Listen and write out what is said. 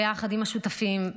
ביחד עם השותפים,